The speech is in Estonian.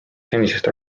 senisest